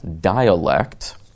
dialect